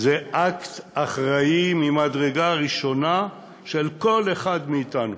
היא אקט אחראי ממדרגה ראשונה של כל אחד מאתנו,